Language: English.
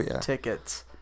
tickets